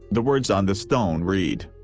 the words on the stone read.